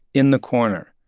in the corner,